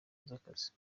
z’akazi